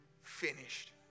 finished